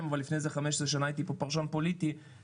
אבל לפני כן הייתי פרשן פוליטי 15 שנה.